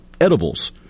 edibles